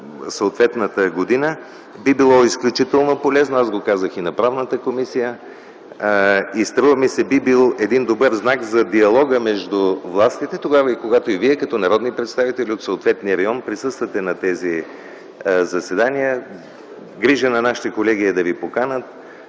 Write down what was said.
съответната година, би било изключително полезно, аз го казах това и на заседанието на Правната комисия, и струва ми се, това би бил един добър знак за диалога между властите, тогава когато и вие като народни представители от съответния район присъствате на тези заседания. Грижа на нашите колеги е да ви поканят,